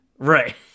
Right